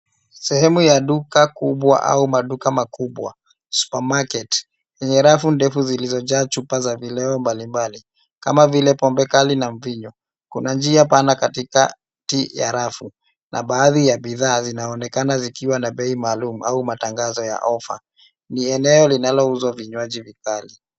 Sehemu ya duka kubwa au maduka makubwa supermarket ,yenye rafu ndefu zilizojaa chupa za vileo mbali mbali, kama vile pombe kali na mvinyo. Kuna njia pana katikati ya rafu na baadhi ya bidhaa zinaonekana zikiwa na bei maalum ,au matangazo ya ofa. Ni eneo linalouzwa vinywaji vikali.